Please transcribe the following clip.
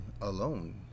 alone